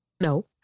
No